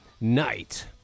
night